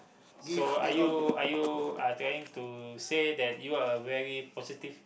so are you are you are trying to say that you are a very positive